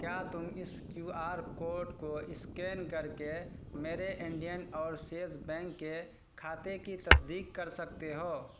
کیا تم اس کیو آر کوڈ کو اسکین کر کے میرے انڈین اوور سیز بینک کے خاتے کی تصدیق کر سکتے ہو